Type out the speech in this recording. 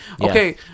Okay